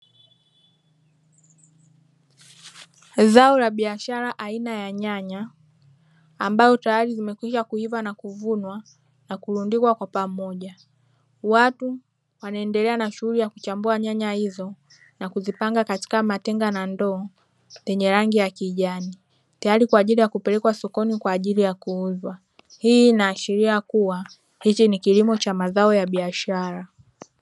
Zao la biashara aina ya nyanya ambazo tayari zimekwisha kuiva na kuvunwa na kulundikwa kwa pamoja. Watu wanaendelea na shughuli ya kuchambua nyanya hizo na kuzipanga katika matenga na ndoo zenye rangi ya kijani, tayari kwa ajili ya kupelekwa sokoni kwa ajili ya kuuzwa. Hii inaashiria kuwa hichi ni kilimo cha mazao ya biashara.